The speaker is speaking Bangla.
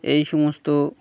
এই সমস্ত